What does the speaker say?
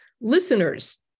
listeners